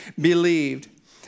believed